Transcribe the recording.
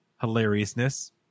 hilariousness